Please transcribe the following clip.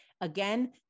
Again